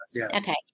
Okay